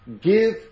give